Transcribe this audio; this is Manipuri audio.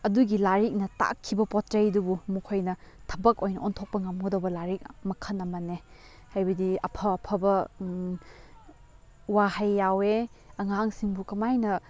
ꯑꯗꯨꯒꯤ ꯂꯥꯏꯔꯤꯛꯅ ꯇꯥꯛꯈꯤꯕ ꯄꯣꯠ ꯆꯩꯗꯨꯕꯨ ꯃꯈꯣꯏꯅ ꯊꯕꯛ ꯑꯣꯏꯅ ꯑꯣꯟꯊꯣꯛꯄ ꯉꯝꯒꯗꯧꯕ ꯂꯥꯏꯔꯤꯛ ꯃꯈꯟ ꯑꯃꯅꯦ ꯍꯥꯏꯕꯗꯤ ꯑꯐ ꯑꯐꯕ ꯋꯥꯍꯩ ꯌꯥꯎꯋꯦ ꯑꯉꯥꯡꯁꯤꯡꯕꯨ ꯀꯃꯥꯏꯅ